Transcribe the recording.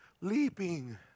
leaping